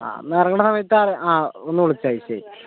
ആ എന്നാൽ ഇറങ്ങണ സമയത്ത് ആ ഒന്നു വിളിച്ചാൽ മതി ശരി